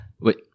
Wait